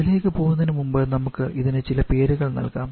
അതിലേക്ക് പോകുന്നതിനുമുമ്പ് നമുക്ക് ഇതിന് ചില പേരുകൾ നൽകാം